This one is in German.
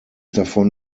davon